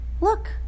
look